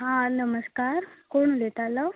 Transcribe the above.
हां नमस्कार कोण उलयतालो